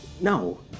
No